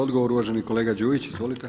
Odgovor uvaženi kolega Đujić.